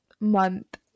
Month